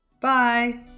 Bye